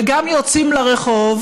וגם יוצאים לרחוב,